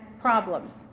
problems